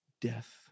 Death